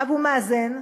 אבו מאזן,